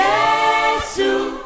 Jesus